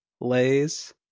lays